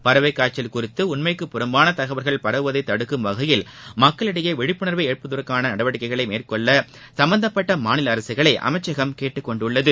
பறவை காய்ச்சல் குறித்து உண்மைக்கு புறம்பான தகவல்கள் பரவுவதை தடுக்கும் வகையில் மக்களிடையே விழிப்புனா்வை ஏற்படுத்துவதற்காள நடவடிக்கைகளை மேற்கொள்ள சம்பந்தப்பட்ட மாநில அரசுகளை அமைச்சகம் கேட்டுக் கொண்டுள்ளது